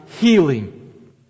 healing